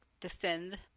descend